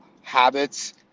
habits